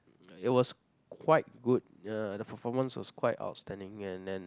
it was quite good uh the performance was quite outstanding and and